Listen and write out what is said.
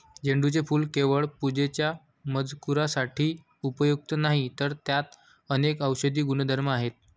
झेंडूचे फूल केवळ पूजेच्या मजकुरासाठी उपयुक्त नाही, तर त्यात अनेक औषधी गुणधर्म आहेत